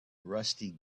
rusty